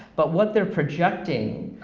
but what they're projecting